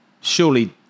surely